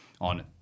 on